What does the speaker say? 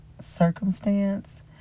circumstance